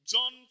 John